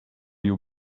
you